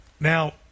Now